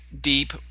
deep